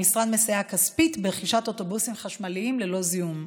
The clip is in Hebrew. המשרד מסייע כספית ברכישת אוטובוסים חשמליים ללא זיהום.